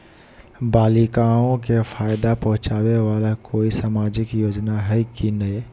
बालिकाओं के फ़ायदा पहुँचाबे वाला कोई सामाजिक योजना हइ की नय?